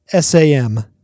SAM